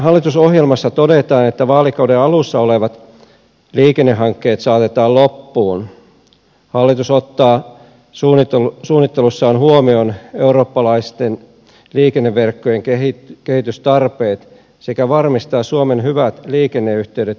hallitusohjelmassa todetaan että vaalikauden alussa vireillä olevat liikennehankkeet saatetaan loppuun ja että hallitus ottaa suunnittelussaan huomioon eurooppalaisten liikenneverkkojen kehitystarpeet sekä varmistaa suomen hyvät liikenneyhteydet venäjän suuntaan